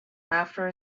after